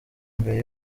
mbere